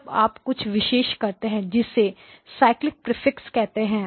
जब आप कुछ प्रवेश करते हैं जिसे साइक्लिक प्रीफिक्स कहते हैं